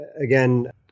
Again